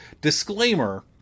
disclaimer